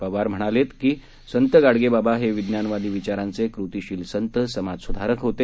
पवार म्हणालेत की संत गाडगेबाबा हे विज्ञानवादी विचारांचे कृतीशील संत समाजसुधारक होते